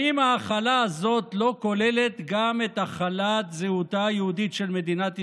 האם ההכלה הזאת לא כוללת גם את הכלת זהותה היהודית של מדינת ישראל?